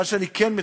מה שאני כן מצפה,